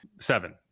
seven